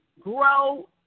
grow